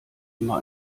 immer